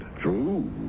True